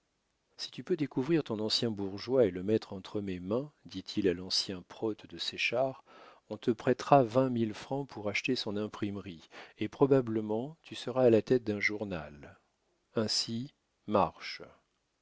si tu peux découvrir ton ancien bourgeois et le mettre entre mes mains dit-il à l'ancien prote de séchard on te prêtera vingt mille francs pour acheter son imprimerie et probablement tu seras à la tête d'un journal ainsi marche